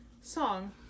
song